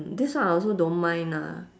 this one I also don't mind ah